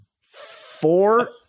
Four